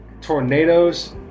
Tornadoes